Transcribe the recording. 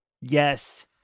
Yes